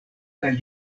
kaj